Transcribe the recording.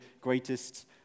greatest